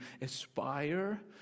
aspire